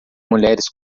mulheres